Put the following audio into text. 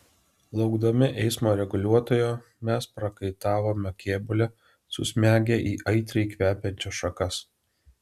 laukdami eismo reguliuotojo mes prakaitavome kėbule susmegę į aitriai kvepiančias šakas